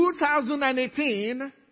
2018